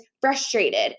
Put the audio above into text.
frustrated